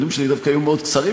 --- הוא לא רצה --- חבר הכנסת חנין,